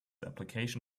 application